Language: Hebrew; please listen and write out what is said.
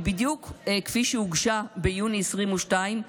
היא בדיוק כפי שהוגשה ביוני 2022,